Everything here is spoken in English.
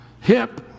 hip